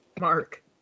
Mark